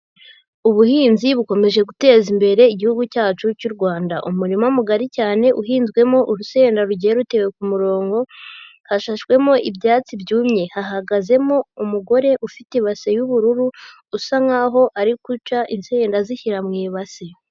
Ubuhinzi bukomeje guteza imbere Igihugu cyacu cy'u Rwanda; umurima mugari cyane uhinzwemo urusenda rugiye rutewe ku murongo, hashashwemo ibyatsi byumye, hahagazemo umugore ufite ibase y'ubururu, usa nk'aho ari guca insenda azishyira mu ibase.